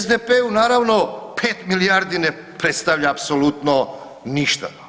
SDP-u naravno 5 milijardi ne predstavlja apsolutno ništa.